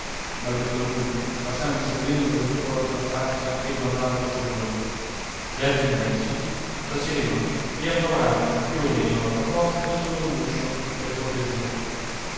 balbettò lui passandosi un lembo del lenzuolo sulla faccia che grondava goccioloni gli altri medici tacevano e approvavano più o meno la proposta del dottor muscio per cortesia